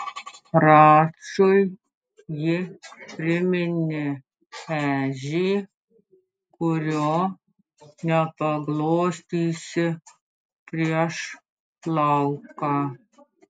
račui ji priminė ežį kurio nepaglostysi prieš plauką